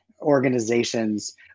organizations